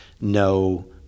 no